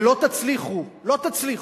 ולא תצליחו, לא תצליחו,